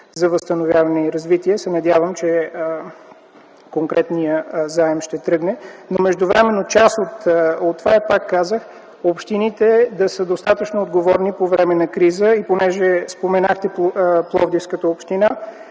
за възстановяване и развитие, се надявам, че конкретният заем ще тръгне. Междувременно, пак казвам, общините трябва да са достатъчно отговорни по време на криза. Понеже споменахте Пловдивската община,